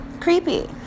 creepy